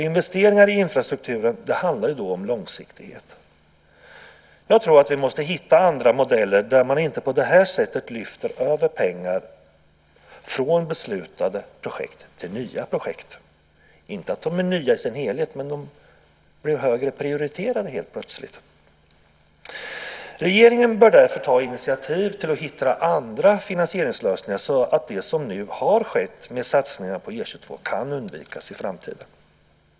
Investeringar i infrastrukturen handlar om långsiktighet. Jag tror att vi måste hitta andra modeller där man inte på det sättet lyfter av pengar från beslutade projekt till nya projekt - inte att de är nya i sin helhet, men de blir plötsligt mer prioriterade. Regeringen bör därför ta initiativ till att hitta andra finansieringslösningar så att det som nu har skett med satsningar på E 22 kan undvikas i framtiden.